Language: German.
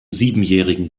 siebenjährigen